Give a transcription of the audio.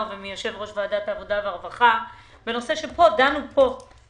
ומיושב-ראש ועדת העבודה והרווחה בנושא שדנו בו פה.